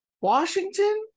Washington